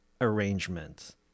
arrangement